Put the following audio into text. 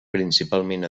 principalment